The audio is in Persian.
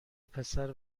پسر